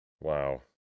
Wow